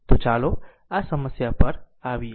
તો ચાલો આ સમસ્યા પર આવીએ